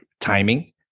timing